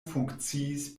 funkciis